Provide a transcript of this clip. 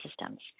systems